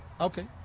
Okay